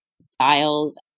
styles